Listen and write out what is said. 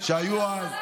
היום היא לא